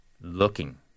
looking